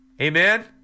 Amen